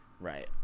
right